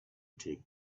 take